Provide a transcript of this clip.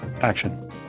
Action